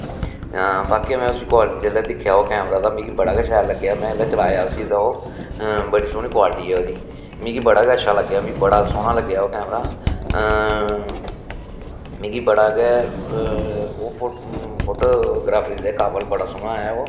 बाकेआ में उस क्वालटी आह्ला दिक्खेआ कैमरा तां मिगी बड़ा गै शैल लग्गेआ में जेल्लै चलाया उस्सी ते ओह् बड़ी सोह्नी क्वालटी ऐ ओह्दी मिगी बड़ा गै अच्छा लग्गेआ मिं बड़ा सोह्ना लग्गेआ ओह् कैमरा मिगी बड़ा गै ओह् फोटोग्राफरी दे काबल बड़ा सोह्ना ऐ ओह्